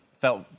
felt